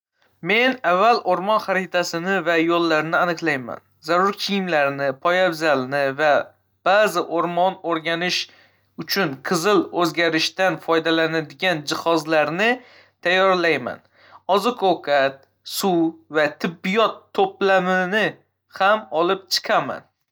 Men avval o'rmon xaritasini va yo'llarni aniqlayman. Zarur kiyimlarni, poyabzalni va ba'zi o'rmonni o'rganish uchun qizil o'zgarishdan foydalanadigan jihozlarni tayyorlayman. Oziq-ovqat, suv va tibbiyot to'plamini ham olib chiqaman.